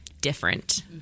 different